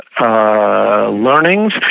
learnings